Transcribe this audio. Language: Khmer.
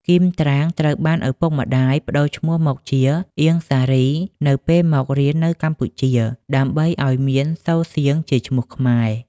គីម ត្រាង ត្រូវបានឳពុកម្តាយ ប្តូរឈ្មោះមកជា អៀង សារី នៅពេលមករៀននៅកម្ពុជា ដើម្បីឱ្យមានសូរសៀងជាឈ្មោះខ្មែរ។